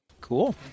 Cool